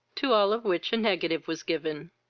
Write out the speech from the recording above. to all of which a negative was given.